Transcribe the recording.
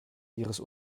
ihres